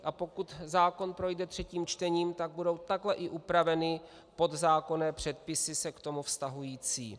A pokud zákon projde třetím čtením, tak budou takto i upraveny podzákonné předpisy k tomu se vztahující.